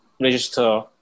register